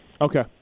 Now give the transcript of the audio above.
Okay